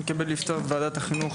אני מתכבד לפתוח את ועדת החינוך,